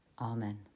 Amen